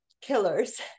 killers